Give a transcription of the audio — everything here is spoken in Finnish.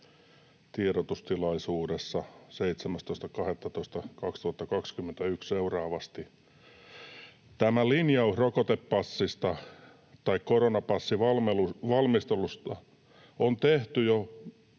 tiedotustilaisuudessa 17.12.2021 seuraavasti: ”Tämä linjaus rokotepassista tai koronapassivalmistelusta on tehty jo